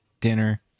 dinner